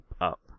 up